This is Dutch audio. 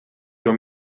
door